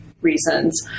reasons